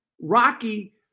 Rocky